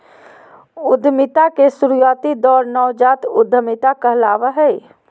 उद्यमिता के शुरुआती दौर नवजात उधमिता कहलावय हय